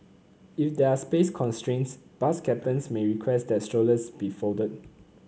if there are space constraints bus captains may request that strollers be folded